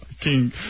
King